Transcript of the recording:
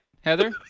Heather